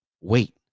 wait